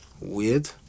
weird